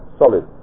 solid